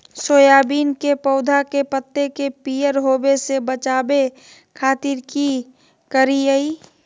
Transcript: Soybean के पौधा के पत्ता के पियर होबे से बचावे खातिर की करिअई?